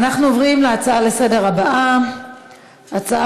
אנחנו עוברים להצעה הבאה לסדר-היום,